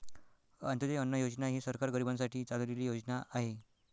अंत्योदय अन्न योजना ही सरकार गरीबांसाठी चालवलेली योजना आहे